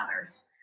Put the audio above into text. others